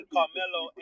Carmelo